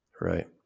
Right